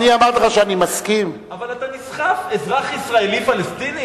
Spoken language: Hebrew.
אבל אתה נסחף, אזרח ישראלי-פלסטיני?